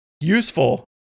Useful